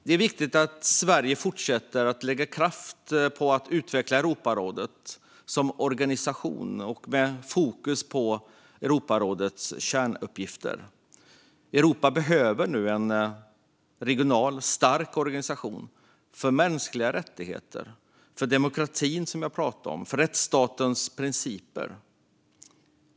Det är viktigt att Sverige fortsätter att lägga kraft på att utveckla Europarådet som organisation med fokus på kärnuppgifterna. Europa behöver en regionalt stark organisation för mänskliga rättigheter, demokrati och rättsstatens principer.